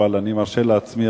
אבל אני מרשה לעצמי,